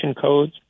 codes